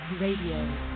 Radio